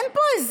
אין פה,